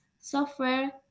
software